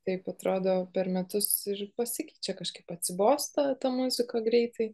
taip atrodo per metus ir pasikeičia kažkaip atsibosta ta muzika greitai